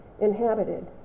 inhabited